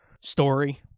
story